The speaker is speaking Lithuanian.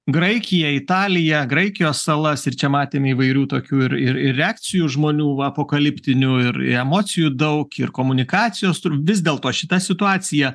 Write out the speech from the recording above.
graikiją italiją graikijos salas ir čia matėm įvairių tokių ir ir reakcijų žmonių apokaliptinių ir emocijų daug ir komunikacijos vis dėlto šita situacija